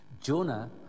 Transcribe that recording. Jonah